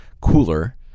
cooler